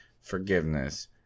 forgiveness